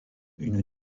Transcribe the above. une